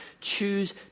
choose